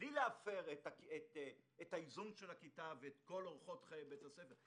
בלי להפר את האיזון של הכיתה ואת כל אורחות חיי בית הספר.